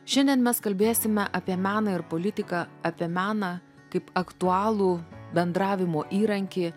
šiandien mes kalbėsime apie meną ir politiką apie meną kaip aktualų bendravimo įrankį